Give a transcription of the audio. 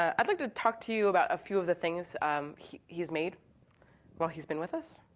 and i'd like to talk to you about a few of the things um he's made while he's been with us.